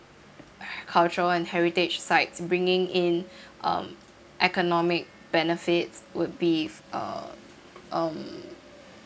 cultural and heritage sites bringing in um economic benefits would be uh um